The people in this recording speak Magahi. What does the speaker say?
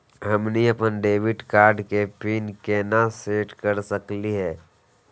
हमनी अपन डेबिट कार्ड के पीन केना सेट कर सकली हे?